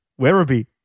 Werribee